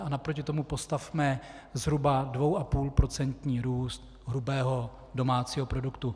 A naproti tomu postavme zhruba 2,5procentní růst hrubého domácího produktu.